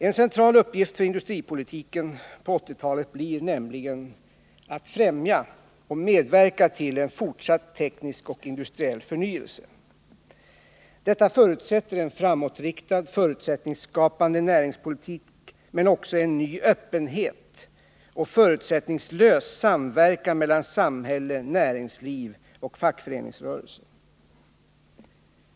En central uppgift för industripolitiken på 1980-talet blir nämligen att främja och medverka till en fortsatt teknisk och industriell förnyelse. Detta förutsätter en framåtriktad, förutsättningsskapande näringspolitik, men också en ny öppenhet och förutsättningslös samverkan mellan samhälle, näringsliv och fackföreningsrörelse.